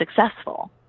successful